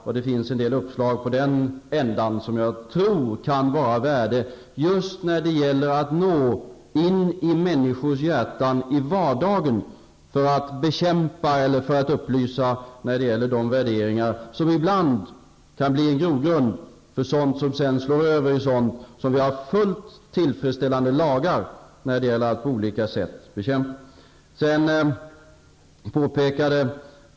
Här finns det en del uppslag som jag tror kan vara av värde just när det gäller att nå in i människors hjärtan i vardagen för att bekämpa eller upplysa om de värderingar som ibland kan bli en grogrund för sådant som vi har fullt tillfredsställande lagar att på olika sätt bekämpa.